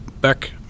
back